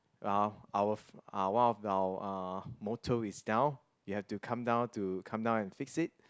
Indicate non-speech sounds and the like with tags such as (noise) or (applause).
uh our (noise) uh one of our uh motor is down you have to come down to come down and fix it